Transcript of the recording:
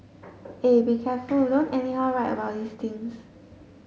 eh be careful don't anyhow write about these things